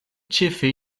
ĉefe